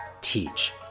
teach